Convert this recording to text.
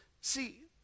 See